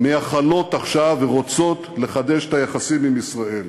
מייחלות עכשיו ורוצות לחדש את היחסים עם ישראל.